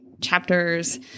chapters